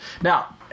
Now